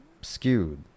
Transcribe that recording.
skewed